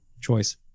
choice